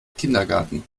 kindergarten